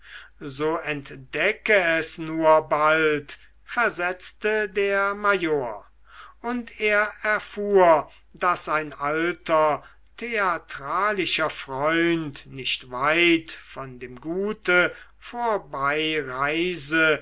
so entdecke es nur bald versetzte der major und er erfuhr daß ein alter theatralischer freund nicht weit von dem gute